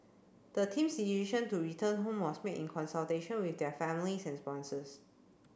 the team's decision to return home was made in consultation with their families and sponsors